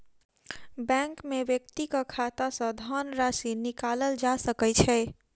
bank में व्यक्तिक खाता सॅ धनराशि निकालल जा सकै छै